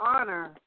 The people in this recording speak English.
honor